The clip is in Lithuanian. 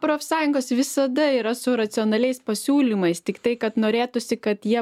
profsąjungos visada yra su racionaliais pasiūlymais tiktai kad norėtųsi kad jie